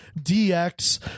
DX